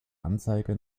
anzeige